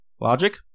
Logic